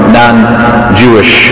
non-Jewish